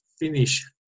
finish